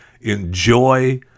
Enjoy